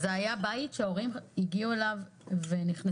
זה היה בית שההורים נכנסו אליו בחופזה,